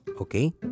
Okay